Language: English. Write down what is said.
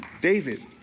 David